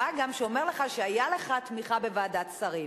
מה גם שהוא אומר לך שהיתה לך תמיכה בוועדת שרים.